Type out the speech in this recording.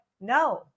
no